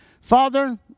Father